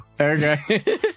Okay